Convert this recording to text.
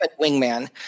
wingman